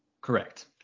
Correct